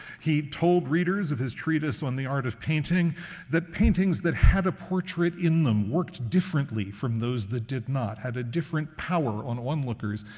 he told readers of his treatise on the art of painting that paintings that had a portrait in them worked differently from those that did not, had a different power on onlookers.